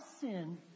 sin